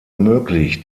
möglich